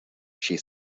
she